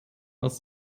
aus